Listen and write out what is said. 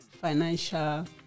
financial